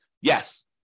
Yes